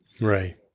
Right